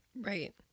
Right